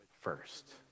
first